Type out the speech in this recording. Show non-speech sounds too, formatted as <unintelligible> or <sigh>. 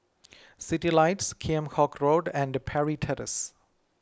Citylights Kheam Hock Road and Parry <unintelligible>